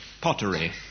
pottery